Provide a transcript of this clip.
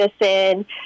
medicine